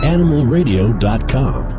AnimalRadio.com